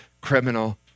criminal